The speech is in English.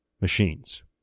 machines